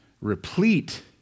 Replete